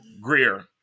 Greer